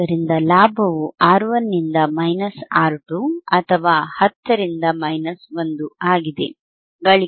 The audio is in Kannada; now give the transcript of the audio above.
ಆದ್ದರಿಂದ ಲಾಭವು R1 ನಿಂದ ಮೈನಸ್ R2 ಅಥವಾ ಅದು 10 ರಿಂದ 1 ಆಗಿದೆ